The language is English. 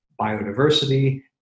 biodiversity